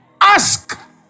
Ask